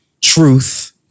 truth